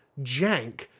jank